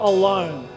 alone